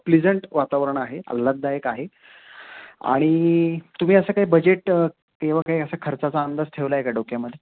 pleasant वातावरण आहे आल्हाददायक आहे आणि तुम्ही असं काही बजेट किंवा काही असा खर्चाचा अंदाज ठेवला आहे का डोक्यामध्ये